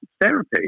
therapy